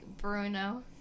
bruno